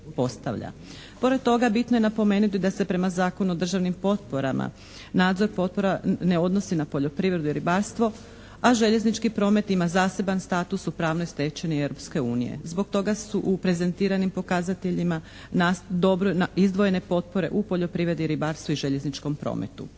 Pored toga, bitno je napomenuti da se prema Zakonu o državnim potporama nadzor potpora ne odnosi na poljoprivredu i ribarstvo a željeznički promet ima zaseban status u pravnoj stečevini Europske unije. Zbog toga su u prezentiranim pokazateljima dobro izdvojene potpore u poljoprivredi, ribarstvu i željezničkom prometu.